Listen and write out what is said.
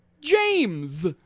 James